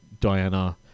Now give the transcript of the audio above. diana